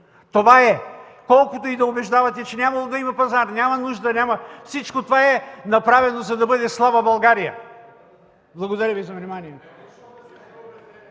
Това е! Колкото и да убеждавате, че нямало да има пазар, няма нужда – всичко това е направено, за да бъде слаба България! Благодаря Ви за вниманието.